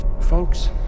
folks